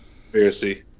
Conspiracy